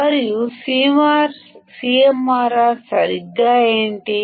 మరియు అసలు CMRR అంటే ఏమిటి